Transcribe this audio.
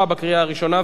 (תיקון מס' 21),